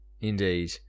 Indeed